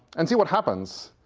and see what happens.